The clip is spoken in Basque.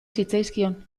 zitzaizkion